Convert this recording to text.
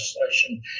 legislation